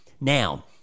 Now